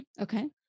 okay